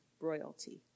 royalty